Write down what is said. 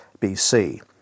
BC